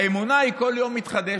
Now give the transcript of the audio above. האמונה היא כל יום מתחדשת,